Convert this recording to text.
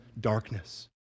darkness